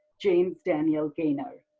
james daniel gaynor.